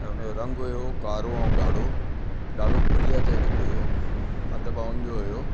ऐं उनजो रंग हुयो कारो ऐं ॻाढ़ो ॾाढो बढ़िया जैकेट हुयो अध बाहुनि जो हुयो